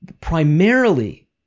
primarily